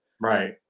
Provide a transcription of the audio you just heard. Right